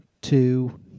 two